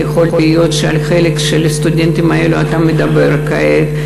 יכול להיות שעל חלק של הסטודנטים האלו אתה מדבר כעת,